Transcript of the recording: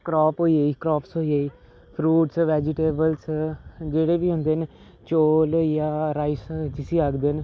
crop होई गेई crops होई गेई फ्रूट्स वेजटेबल्स जेह्ड़े बी होंदे न चौल होई गेआ राइस जिसी आखदे न